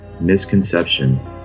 misconception